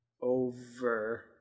over